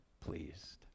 pleased